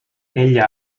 ella